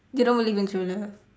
you don't believe in true love